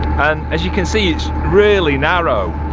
and as you can see it's really narrow.